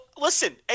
listen